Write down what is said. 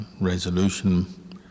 resolution